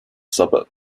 suburb